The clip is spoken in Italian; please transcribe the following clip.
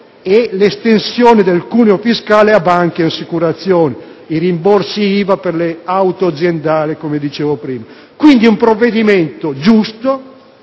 e l'estensione del cuneo fiscale a banche e assicurazioni, i rimborsi IVA per le auto aziendali, come dicevo prima. Quindi, è un provvedimento giusto,